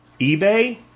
eBay